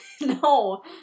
No